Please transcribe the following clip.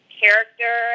character